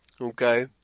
Okay